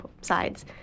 sides